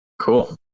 Cool